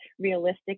realistic